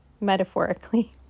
metaphorically